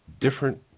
different